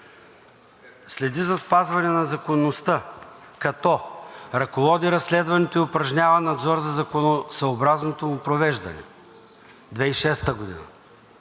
„Следи за спазване на законността, като ръководи разследването и упражнява надзор за законосъобразното му провеждане“